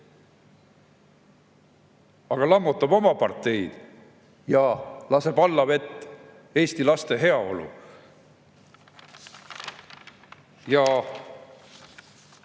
aga lammutab oma parteid ja laseb allavett Eesti laste heaolu.